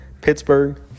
Pittsburgh